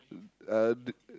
uh uh the